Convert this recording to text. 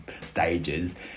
stages